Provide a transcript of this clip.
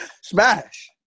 smash